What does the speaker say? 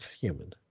human